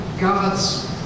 God's